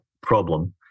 problem